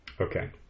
Okay